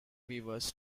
weavers